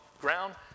ground